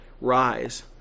Rise